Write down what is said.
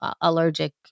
allergic